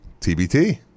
TBT